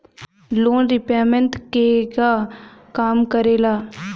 Loan repayment केगा काम करेला?